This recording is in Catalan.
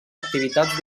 activitats